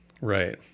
Right